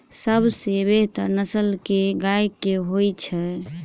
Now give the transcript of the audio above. सबसँ बेहतर नस्ल केँ गाय केँ होइ छै?